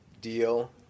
deal